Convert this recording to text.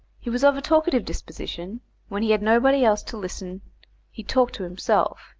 he was of a talkative disposition when he had nobody else to listen he talked to himself,